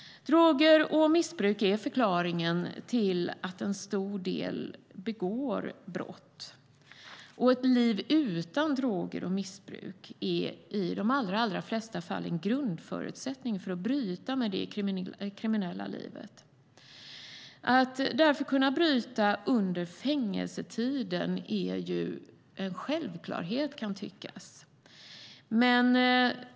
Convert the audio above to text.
Droger och missbruk är förklaringen till en stor del av de brott som begås. Ett liv utan droger och missbruk är i de allra flesta fall en grundförutsättning för att bryta med det kriminella livet. Att kunna bryta under fängelsetiden kan därför tyckas vara en självklarhet.